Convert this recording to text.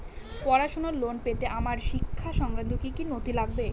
পড়াশুনোর লোন পেতে আমার শিক্ষা সংক্রান্ত কি কি নথি লাগবে?